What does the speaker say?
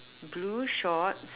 blue shorts